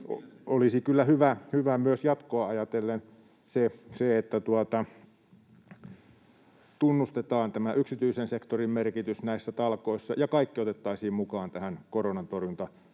Olisi kyllä hyvä myös jatkoa ajatellen se, että tunnustetaan yksityisen sektorin merkitys näissä talkoissa ja kaikki otettaisiin mukaan koronantorjuntatoimintaan.